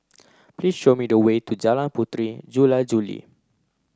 please show me the way to Jalan Puteri Jula Juli